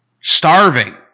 Starving